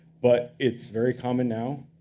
but it's very common now.